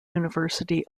university